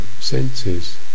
senses